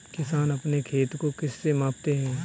किसान अपने खेत को किससे मापते हैं?